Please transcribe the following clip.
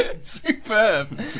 Superb